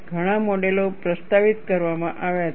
ઘણા મોડેલો પ્રસ્તાવિત કરવામાં આવ્યા છે